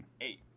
Eight